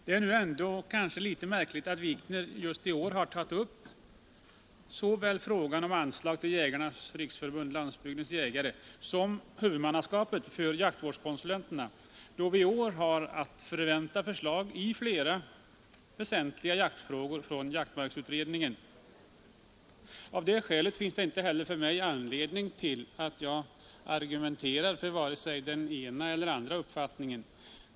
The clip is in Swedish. Men nu är det väl ändå litet märkligt att herr Wikner just i år har tagit upp såväl frågan om anslag till Jägarnas riksförbund-Landsbygdens jägare som huvudmannaskapet för jaktvårdskonsulenterna, eftersom vi i år från jaktmarksutredningen har att förvänta förslag i flera väsentliga jaktfrågor. Av det skälet finns det heller ingen anledning för mig att här argumentera för vare sig den ena eller den andra uppfattningen.